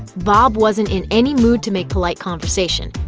bob wasn't in any mood to make polite conversation.